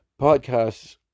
podcasts